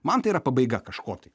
man tai yra pabaiga kažko tai